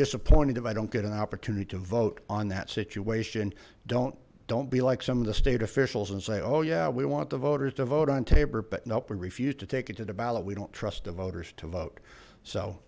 disappointed if i don't get an opportunity to vote on that situation don't don't be like some of the state officials and say oh yeah we want the voters to vote on taber but nope we refused to take it to the ballot we don't trust the voters to vote so